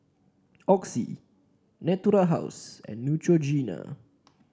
Oxy Natura House and Neutrogena